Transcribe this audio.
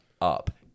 up